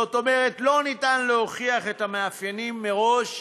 זאת אומרת, אי-אפשר להוכיח את המאפיינים מראש,